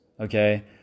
okay